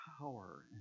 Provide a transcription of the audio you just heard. power